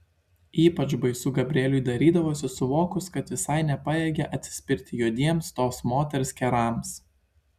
ypač baisu gabrieliui darydavosi suvokus kad visai nepajėgia atsispirti juodiems tos moters kerams